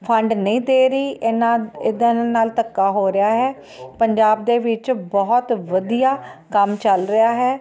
fund ਨਹੀਂ ਦੇ ਰਹੀ ਇੰਨਾਂ ਇੱਦਾਂ ਇਹਨਾਂ ਨਾਲ ਧੱਕਾ ਹੋ ਰਿਹਾ ਹੈ ਪੰਜਾਬ ਦੇ ਵਿੱਚ ਬਹੁਤ ਵਧੀਆ ਕੰਮ ਚੱਲ ਰਿਹਾ ਹੈ